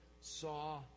saw